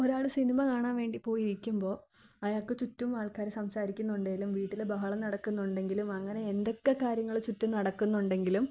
ഒരാൾ സിനിമ കാണാൻ വേണ്ടി പോയി ഇരിക്കുമ്പോൾ അയാൾക്കു ചുറ്റും ആൾക്കാർ സംസാരിക്കുന്നുണ്ടെങ്കിലും വീട്ടിൽ ബഹളം നടക്കുന്നുണ്ടെങ്കിലും അങ്ങനെ എന്തൊക്കെ കാര്യങ്ങൾ ചുറ്റും നടക്കുന്നുണ്ടെങ്കിലും